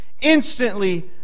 instantly